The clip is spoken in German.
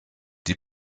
die